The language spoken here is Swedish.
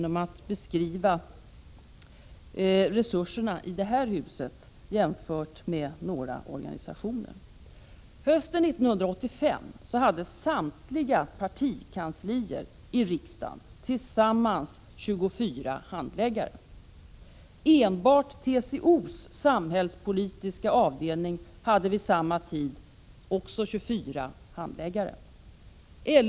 Jag vill beskriva resurserna i detta hus och jämföra med förhållandena i några organisationer. Hösten 1985 hade samtliga partikanslier i riksdagen tillsammans 24 handläggare. Enbart TCO:s samhällspolitiska avdelning hade vid samma tidpunkt 24 handläggare.